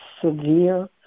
severe